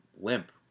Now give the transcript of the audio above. limp